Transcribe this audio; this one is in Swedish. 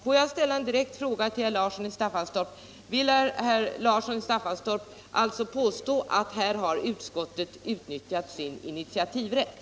Får jag ställa en direkt fråga till herr Larsson i Staffanstorp: Vill herr Larsson i Staffanstorp påstå att utskottet i denna fråga har utnyttjat sin initiativrätt?